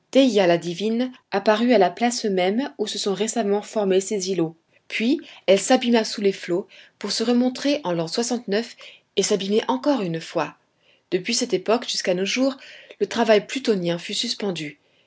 la divine apparut à la place même où se sont récemment formés ces îlots puis elle s'abîma sous les flots pour se remontrer en l'an soixante-neuf et s'abîmer encore une fois depuis cette époque jusqu'à nos jours le travail plutonien fut suspendu